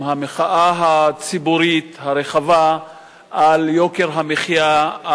עם המחאה הציבורית הרחבה על יוקר המחיה,